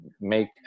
make